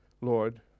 Lord